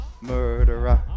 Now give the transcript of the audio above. Murderer